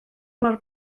mor